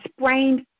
sprained